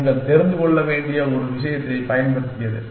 நீங்கள் தெரிந்து கொள்ள வேண்டிய ஒரு விஷயத்தைப் பயன்படுத்தியது